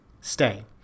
stay